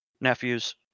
nephews